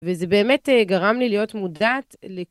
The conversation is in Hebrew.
וזה באמת גרם לי להיות מודעת ל...